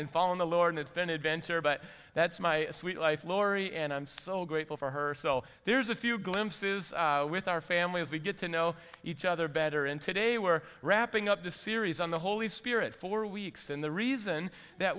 and fall in the lore and it's been an adventure but that's my sweet life lori and i'm so grateful for her so there's a few glimpses with our family as we get to know each other better and today we're wrapping up the series on the holy spirit for weeks and the reason that